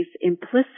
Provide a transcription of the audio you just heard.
implicit